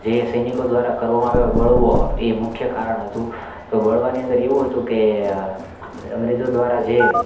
જે સૈનિકો દ્વારા કરવામાં આવ્યો બળવો એ મુખ્ય કારણ હતું તો બળવાની અંદર એવું હતું કે અંગ્રેજો દ્વારા જે